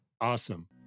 Awesome